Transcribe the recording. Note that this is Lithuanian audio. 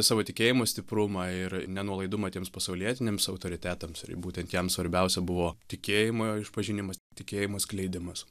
savo tikėjimo stiprumą ir nenuolaidumą tiems pasaulietiniams autoritetams ir būtent jam svarbiausia buvo tikėjimo išpažinimas tikėjimo skleidimas